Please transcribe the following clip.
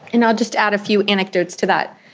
and i'll just add a few anecdotes to that.